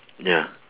ya